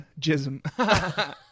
Jism